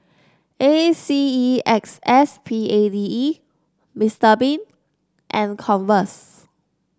A C E X S P A D E Mr Bean and Converse